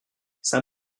c’est